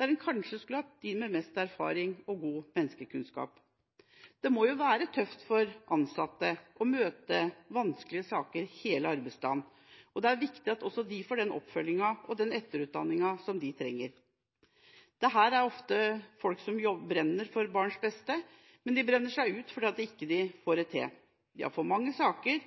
der en kanskje burde hatt de med mest erfaring og god menneskekunnskap. Det må være tøft for ansatte å møte vanskelige saker gjennom hele arbeidsdagen, og det er viktig at også de får den oppfølginga og den etterutdanninga som de trenger. Dette er ofte folk som brenner for barns beste, men de brenner seg ut fordi de ikke får det til. De har for mange saker.